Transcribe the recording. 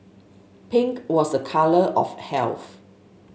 pink was a colour of health